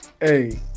hey